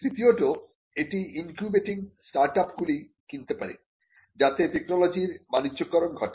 তৃতীয়ত এটি ইনকিউবেটিং স্টার্টআপগুলি কিনতে পারে যাতে টেকনোলজি র বাণিজ্যকরণ ঘটে